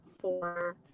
for-